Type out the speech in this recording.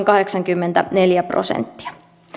kahdeksankymmentäneljä prosenttia